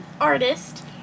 artist